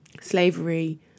slavery